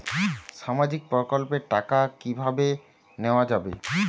সামাজিক প্রকল্পের টাকা কিভাবে নেওয়া যাবে?